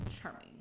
charming